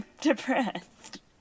Depressed